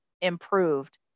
improved